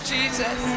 Jesus